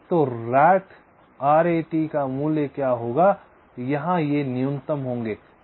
तो RAT का मूल्य क्या होगा यहाँ ये न्यूनतम होंगे